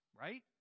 right